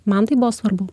man tai buvo svarbu